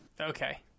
Okay